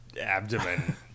abdomen